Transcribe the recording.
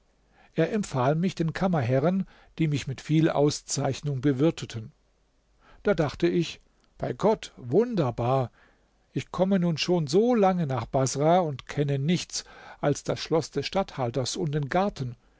er empfahl mich den kammerherren die mich mit viel auszeichnung bewirteten da dachte ich bei gott wunderbar ich komme nun schon solange nach baßrah und kenne nichts als das schloß des statthalters und den garten